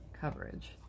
coverage